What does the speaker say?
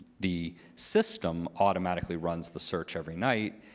the system automatically runs the search every night,